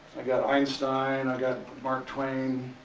i got einstein. and i got mark twain.